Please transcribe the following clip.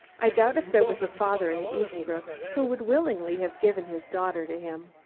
i doubt if there was a father in eastbrook who would willingly have given his daughter to him.